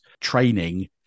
training